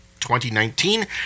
2019